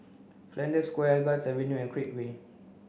Flanders Square Guards Avenue and Create Way